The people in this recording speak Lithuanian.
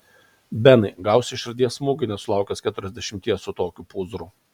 benai gausi širdies smūgį nesulaukęs keturiasdešimties su tokiu pūzru